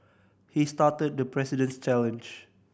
he started the President's challenge